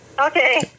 Okay